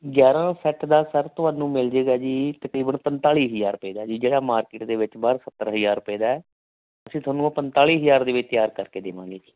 ਗਿਆਰਾਂ ਸੈੱਟ ਦਾ ਸਰ ਤੁਹਾਨੂੰ ਮਿਲ ਜੇਗਾ ਜੀ ਤਕਰੀਬਨ ਪੰਤਾਲੀ ਹਜ਼ਾਰ ਰੁਪਏ ਦਾ ਜੀ ਜਿਹੜਾ ਮਾਰਕੀਟ ਦੇ ਵਿੱਚ ਬਾਹਰ ਸੱਤਰ ਹਜ਼ਾਰ ਰੁਪਏ ਦਾ ਹੈ ਅਸੀਂ ਤੁਹਾਨੂੰ ਉਹ ਪੰਤਾਲੀ ਹਜ਼ਾਰ ਦੇ ਵਿੱਚ ਤਿਆਰ ਕਰਕੇ ਦੇਵਾਂਗੇ ਜੀ